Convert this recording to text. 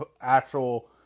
actual